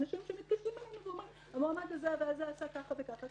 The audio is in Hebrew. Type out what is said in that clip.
אנשים שמתקשרים אלינו ואומרים: המועמד הזה והזה עשה ככה וככה.